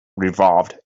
revolved